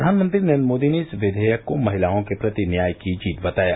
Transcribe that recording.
प्रधानमंत्री नरेन्द्र मोदी ने इस विधेयक को महिलाओं के प्रति न्याय की जीत बताया